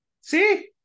See